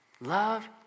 Love